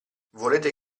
volete